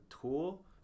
tool